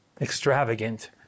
extravagant